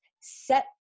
set